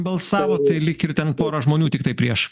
balsavo tai lyg ir ten pora žmonių tiktai prieš